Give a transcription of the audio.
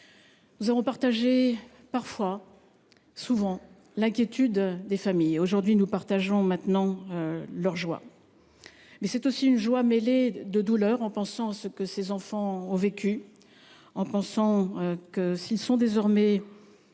Nous avons partagé parfois, souvent, l’inquiétude des familles. Aujourd’hui, nous partageons leur joie. Mais c’est aussi une joie mêlée de douleur, en pensant à ce que ces enfants ont vécu, en sachant que, s’ils sont désormais